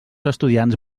estudiants